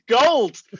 gold